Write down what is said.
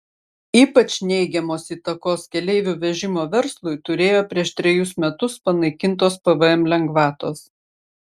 ypač neigiamos įtakos keleivių vežimo verslui turėjo prieš trejus metus panaikintos pvm lengvatos